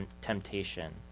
temptation